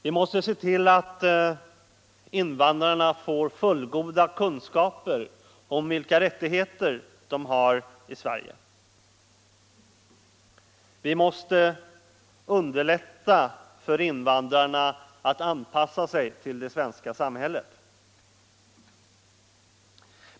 Vi måste se till att invandrarna får fullgoda kunskaper om vilka rät tigheter de har i Sverige. Vi måste underlätta för dem att anpassa sig till det svenska samhället.